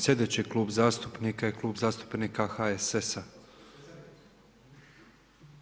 Slijedeći je klub zastupnika je Klub zastupnika HSS-a.